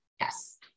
Yes